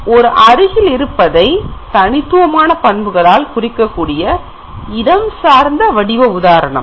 இது ஒரு அருகில் இருப்பதை தனித்துவமான பண்புகளால் குறிக்கக்கூடிய இடம் சார்ந்த வடிவ உதாரணம்